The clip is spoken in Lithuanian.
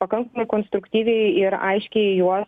pakankamai konstruktyviai ir aiškiai juo